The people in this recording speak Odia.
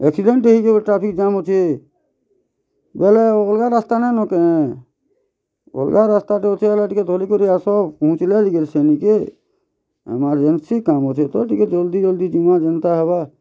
ଏକ୍ସିଡେଣ୍ଟ୍ ହେଇଚି ବୋଲି ଟ୍ରାଫିକ୍ ଯାମ୍ ଅଛେ ବେଲେ ଅଲ୍ଗା ରାସ୍ତା ନାଏନ କେଁ ଅଲ୍ଗା ରାସ୍ତା ଟେ ଅଛେ ହେଲେ ଧରି କରି ଆସ ପୁହଁଚିଲେ ଯାଇକରି ସେନିକେ ଏମାର୍ଜେନସି୍ କାମ୍ ଅଛେ ତ ଟିକେ ଜଲ୍ଦି ଜଲ୍ଦି ଯିମା ଜେନ୍ତା ହେବା